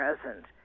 present